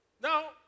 Now